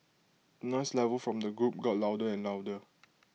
noise level from the group got louder and louder